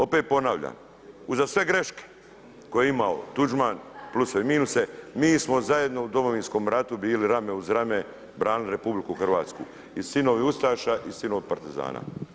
Opet ponavljam, uza sve greške koje je imao Tuđman, pluseve i minuse, mi smo zajedno u Domovinskom ratu bili rame uz rame, branili RH i sinovi ustaša i sinova partizana.